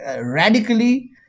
radically